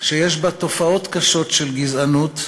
שיש בה תופעות קשות של גזענות,